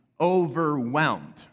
overwhelmed